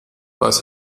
was